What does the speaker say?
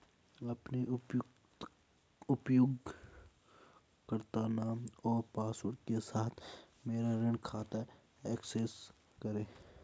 अपने उपयोगकर्ता नाम और पासवर्ड के साथ मेरा ऋण खाता एक्सेस करें